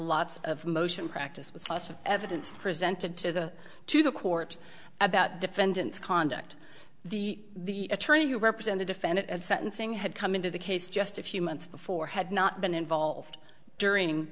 lots of motion practice with lots of evidence presented to the to the court about defendant's conduct the attorney who represented defendant at sentencing had come into the case just a few months before had not been involved during